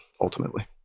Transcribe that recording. ultimately